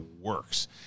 works